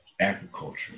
agriculture